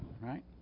right